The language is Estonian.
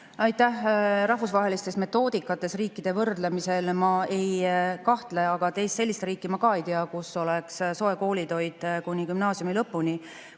Aitäh! Rahvusvahelistes metoodikates riikide võrdlemisel ma ei kahtle, aga teist sellist riiki ma ei tea, kus oleks soe koolitoit kuni gümnaasiumi lõpuni.